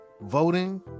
voting